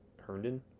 Herndon